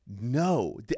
No